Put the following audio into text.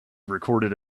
recorded